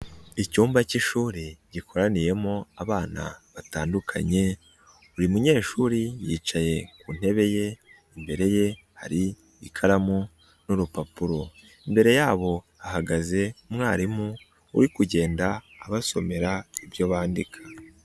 Icyumba cy'ishuri gikoraniyemo abana batandukanye, buri munyeshuri yicaye ku ntebe ye, imbere ye hari ikaramu n'urupapuro, imbere yabo ahagaze umwarimu uri kugenda abasomera ibyo bandika.